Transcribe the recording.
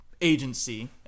agency